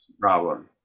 problem